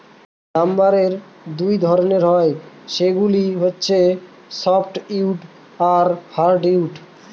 লাম্বারের দুই ধরনের, সেগুলা হচ্ছে সফ্টউড আর হার্ডউড